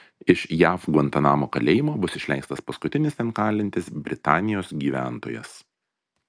iš jav gvantanamo kalėjimo bus išleistas paskutinis ten kalintis britanijos gyventojas